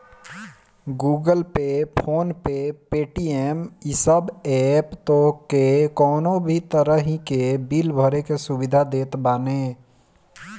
Google Pay, PhonePe, Paytm इ सब app तोहके कवनो भी तरही के बिल भरे के सुविधा देत बाने